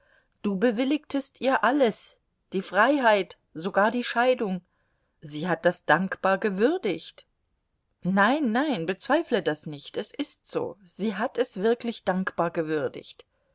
du bewilligtest ihr alles die freiheit sogar die scheidung sie hat das dankbar gewürdigt nein nein bezweifle das nicht es ist so sie hat es wirklich dankbar gewürdigt